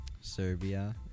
Serbia